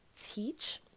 teach